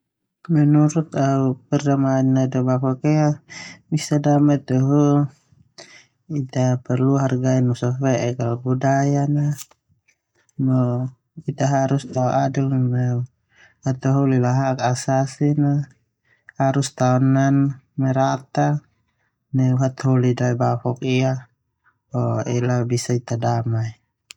Menurut au perdamaian nai daebafok ia bisa damai tehunita perlu hargai nusa fe'ek a budaya no ita harus tao adil neuhataholi hak asasi no merata neu hataholi daebafok ia.